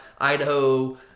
Idaho